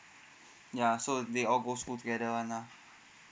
ya so they all go school together one lah